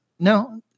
No